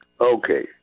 Okay